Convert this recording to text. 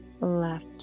left